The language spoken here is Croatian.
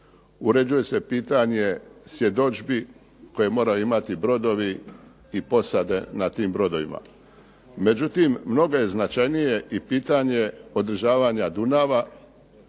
uređuje se pitanje svjedodžbi koje moraju imati brodovi i posade na tim brodovima. Međutim, mnogo je značajnije i pitanje održavanja Dunava